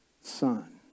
son